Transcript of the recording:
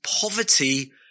Poverty